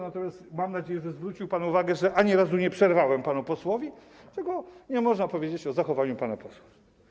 Natomiast mam nadzieję, że zwrócił pan uwagę, że ani razu nie przerwałem panu posłowi, czego nie można powiedzieć o zachowaniu pana posła.